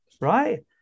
right